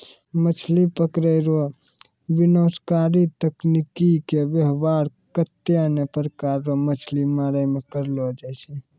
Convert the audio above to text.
मछली पकड़ै रो विनाशकारी तकनीकी के वेवहार कत्ते ने प्रकार रो मछली मारै मे करलो जाय छै